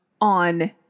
on